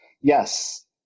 yes